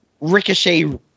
ricochet